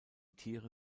tiere